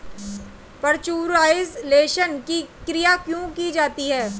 Pasteurisation की क्रिया क्यों की जाती है?